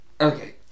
okay